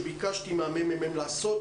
שביקשתי מהממ"מ לעשות,